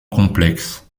complexes